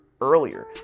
earlier